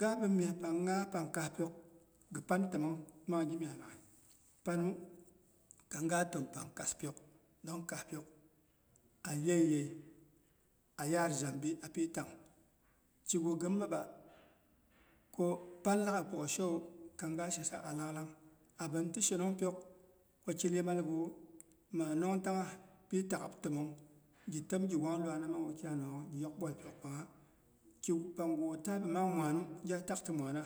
Gabin myespang ngha lang, pang kaa pyok gɨ pan təmong mang gɨmyes laghai panku kang ga tom pang kaspyok dong kaa pyok a iyenyei a yaar zhambi, api taangh kigu gɨn mabako pan laghai ko gɨ shewu kanga shesa a langlang. Abini ti shenong pyok koki iyemal gɨwu, maa nongtangngha pi ta'ghab təmong gi tom gi wang iwana mang wukyainangnghook gi yok bwal pyokpangngha kigu pangu tabi mang mwaanu